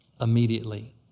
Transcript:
immediately